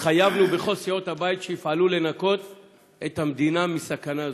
התחייבנו בכל סיעות הבית שיפעלו לנקות את המדינה מסכנה זו.